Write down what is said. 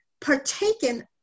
partaken